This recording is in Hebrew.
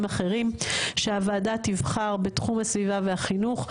אחרים שהוועדה תבחר בתחום הסביבה והחינוך.